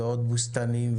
ועוד בוסתנים,